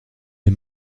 les